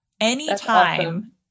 anytime